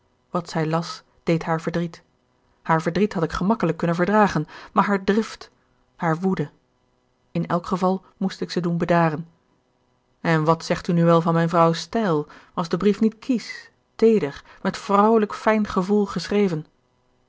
wat zij las deed haar verdriet haar verdriet had ik gemakkelijk kunnen verdragen maar haar drift haar woede in elk geval moest ik ze doen bedaren en wat zegt u nu wel van mijn vrouw's stijl was de brief niet kiesch teeder met vrouwelijk fijn gevoel geschreven